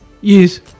Yes